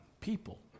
People